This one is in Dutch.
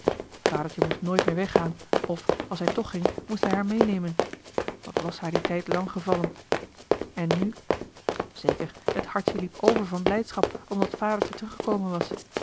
vadertje moest nooit meer weggaan of als hij toch ging moest hij haar meenemen wat was haar die tijd lang gevallen en nu zeker het hartje liep over van blijdschap omdat vadertje teruggekomen was